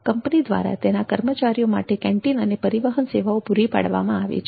company દ્વારા તેના કર્મચારીઓ માટે કેન્ટીન અને પરિવહન સેવાઓ પૂરી પાડવામાં આવે છે